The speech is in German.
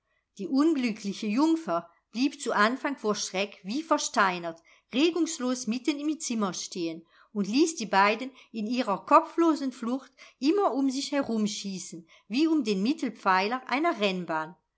die unglückliche jungfer blieb zu anfang vor schreck wie versteinert regungslos mitten im zimmer stehen und ließ die beiden in ihrer kopflosen flucht immer um sich herumschießen wie um den mittelpfeiler einer rennbahn